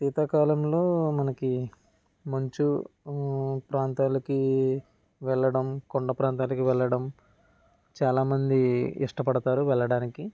శీతకాలంలో మనకి మంచు ప్రాంతాలకి వెళ్ళడం కొండ ప్రాంతాలకి వెళ్ళడం చాలామంది ఇష్టపడతారు వెళ్ళడానికి